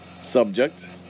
subject